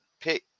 pick